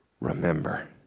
remember